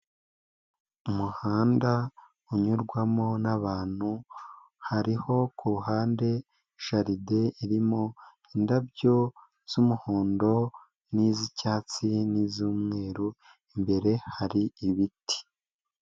Umuhanda unyurwamo n'abantu hariho ku ruhande jaride irimo indabyo z'umuhondo n'iz'icyatsi n'iz'umweru imbere hari ibiti.